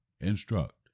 instruct